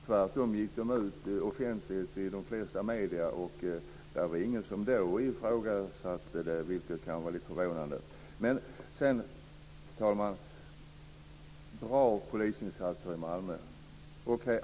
Tvärtom gick de ut offentligt i de flesta medier, och det var ingen som då ifrågasatte dem. Det kanske är lite förvånande. Sedan, fru talman, till detta med bra polisinsatser i Malmö.